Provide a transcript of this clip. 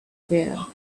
fear